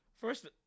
First